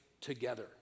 together